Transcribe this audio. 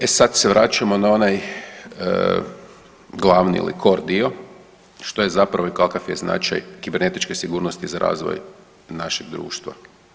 E sad se vraćamo na onaj glavni ili cor dio što je zapravo i kakav je značaj kibernetičke sigurnosti za razvoj našeg društva.